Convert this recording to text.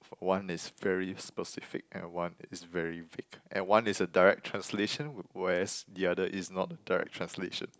one is very specific and one is very vague and one is a direct translation whereas the other is not a direct translation